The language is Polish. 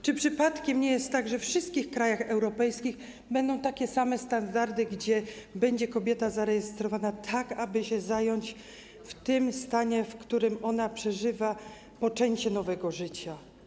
Czy przypadkiem nie jest tak, że we wszystkich krajach europejskich będą takie same standardy, że kobieta będzie zarejestrowana, tak aby zająć się nią w tym stanie, w którym ona przeżywa poczęcie nowego życia?